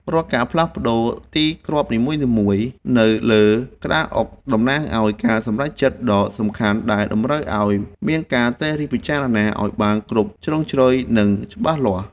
រាល់ការផ្លាស់ទីគ្រាប់នីមួយៗនៅលើក្តារអុកតំណាងឱ្យការសម្រេចចិត្តដ៏សំខាន់ដែលតម្រូវឱ្យមានការត្រិះរិះពិចារណាឱ្យបានគ្រប់ជ្រុងជ្រោយនិងច្បាស់លាស់។